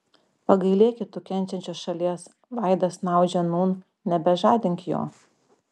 pagailėki tu kenčiančios šalies vaidas snaudžia nūn nebežadink jo